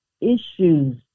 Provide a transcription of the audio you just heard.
issues